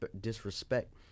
disrespect